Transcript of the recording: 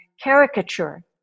caricature